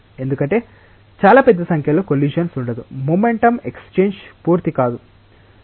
ఎందుకంటే చాలా పెద్ద సంఖ్యలో కొల్లిషన్స్ ఉండదు మొమెంటం ఎక్స్చేంజ్ పూర్తి కాదు